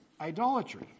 idolatry